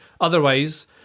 Otherwise